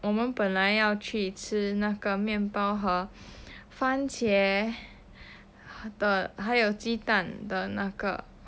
我们本来要去吃那个面包和番茄的还有鸡蛋的那个